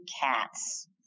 cats